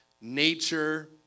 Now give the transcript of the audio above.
nature